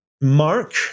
Mark